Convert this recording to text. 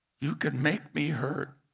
you can make me hurt.